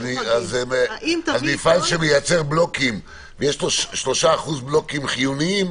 אז מפעל שמייצר בלוקים ויש לו 3% בלוקים חיוניים,